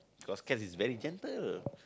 cause cats is very gentle